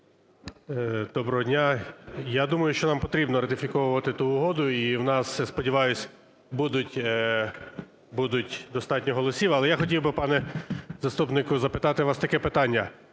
Доброго дня. Я думаю, що нам потрібноратифіковувати ту угоду і в нас, сподіваюсь, будуть… буде достатньо голосів. Але я хотів би, пане заступнику, запитати вас таке питання.